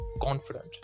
confident